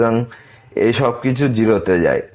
সুতরাং এই সবকিছু 0 তে যায়